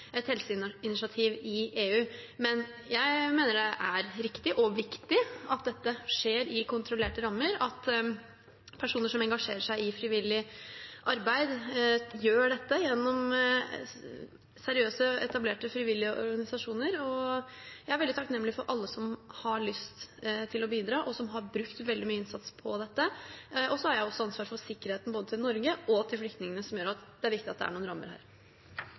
et helseinitiativ i EU. Men jeg mener det er riktig og viktig at dette skjer i kontrollerte rammer, at personer som engasjerer seg i frivillig arbeid, gjør dette gjennom seriøse, etablerte, frivillige organisasjoner. Jeg er veldig takknemlig for alle som har lyst til å bidra, og som har brukt veldig mye innsats på dette, og så har jeg også ansvar for sikkerheten både til Norge og til flyktningene, noe som gjør at det er viktig at det er noen rammer her.